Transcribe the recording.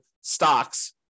stocks